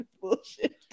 bullshit